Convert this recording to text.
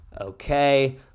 Okay